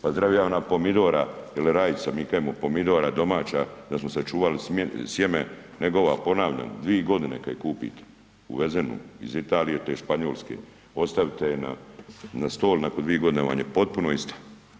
Pa zdravija ona pomidora il rajčica, mi kažemo pomidora domaća da smo sačuvali sjeme nego ova ponavljam dvije godine kad je kupite uvezenu iz Italije tj. Španjolske ostavite je na stol, nakon dvije godine vam je potpuno ista.